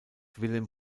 wilhelm